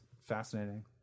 fascinating